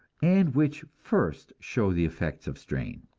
and which first show the effects of strain.